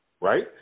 right